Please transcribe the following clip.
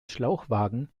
schlauchwagen